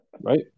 right